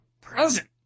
present